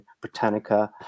Britannica